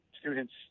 student's